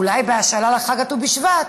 אולי בהשאלה לט"ו בשבט: